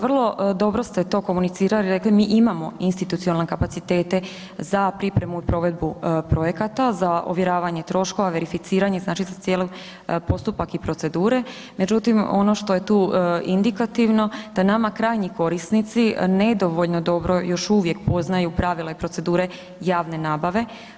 Vrlo dobro ste to komunicirali i rekli mi imamo institucionalne kapacitete za pripremu i provedbu projekata, za ovjeravanje troškove, verificiranje, znači za cijeli postupak i procedure, međutim ono što je tu indikativno, da nama krajnji korisnici nedovoljno dobro još uvijek poznaju pravila i procedure javne nabave.